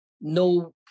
no